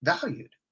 valued